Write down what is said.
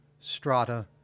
strata